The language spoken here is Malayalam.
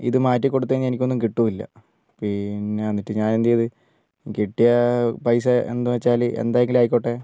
ഇത് മാറ്റിക്കൊടുത്തു കഴിഞ്ഞാൽ എനിക്കൊന്നും കിട്ടില്ല പിന്നെ എന്നിട്ട് ഞാൻ എന്ത് ചെയ്തു കിട്ടിയ പൈസ എന്ത് വച്ചാൽ എന്തെങ്കിലും ആയിക്കോട്ടെ